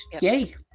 yay